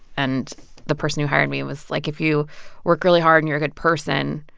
and the person who hired me was like, if you work really hard and you're a good person,